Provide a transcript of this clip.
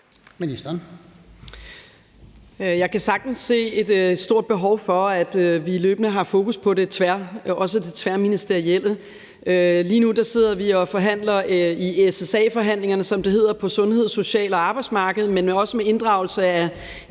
Jeg kan sagtens se et stort behov for, at vi løbende også har fokus på det tværministerielle. Lige nu sidder vi i SSA-forhandlinger, som det hedder på sundheds-, social- og arbejdsmarkedsområderne, men også med inddragelse af